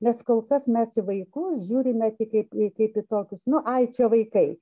nes kol kas mes į vaikus žiūrime tik kaip į kaip į tokius nu ai čia vaikai